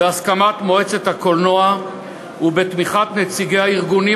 בהסכמת מועצת הקולנוע ובתמיכת נציגי הארגונים